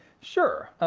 sure,